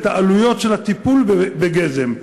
את העלויות של הטיפול בגזם,